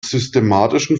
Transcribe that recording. systematischen